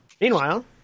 meanwhile